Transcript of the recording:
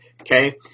okay